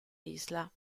isla